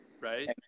Right